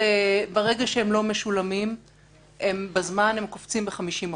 ברגע שקנסות לא משולמים בזמן הם קופצים בחמישים אחוז.